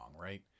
right